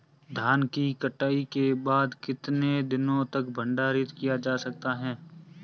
धान की कटाई के बाद कितने दिनों तक भंडारित किया जा सकता है?